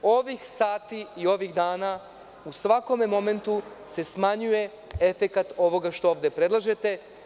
Ovih sati i ovih dana u svakome momentu se smanjuje efekat ovoga što ovde predlažete.